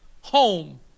home